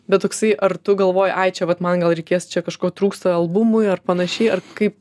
bet toksai ar tu galvoji ai čia vat man gal reikės čia kažko trūksta albumui ar panašiai ar kaip